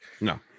No